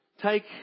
Take